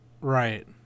Right